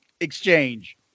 exchange